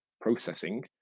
processing